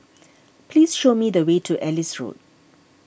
please show me the way to Ellis Road